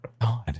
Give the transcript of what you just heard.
god